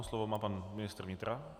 Slovo má pan ministr vnitra.